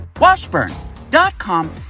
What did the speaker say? washburn.com